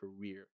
career